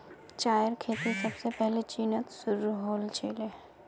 चायेर खेती सबसे पहले चीनत शुरू हल छीले